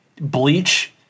Bleach